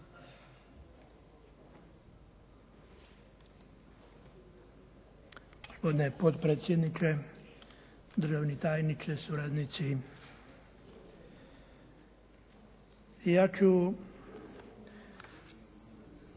potpredsjedniče, državni tajniče, suradnici. Ja ću